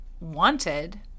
wanted